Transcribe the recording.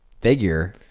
figure